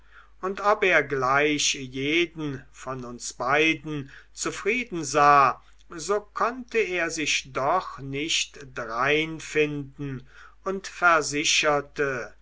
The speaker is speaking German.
und ob er gleich jeden von uns beiden zufrieden sah so konnte er sich doch nicht drein finden und versicherte